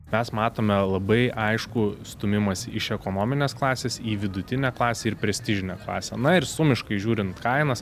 mes matome labai aiškų stūmimąsi iš ekonominės klasės į vidutinę klasę ir prestižinę klasę na ir sumiškai žiūrint kainas